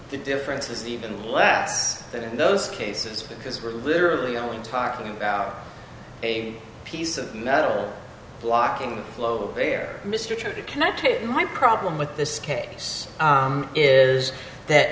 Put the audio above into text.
the difference is even less that in those cases because we're literally only talking about a piece of metal blocking the flow bare mr trichet can i take my problem with this case is that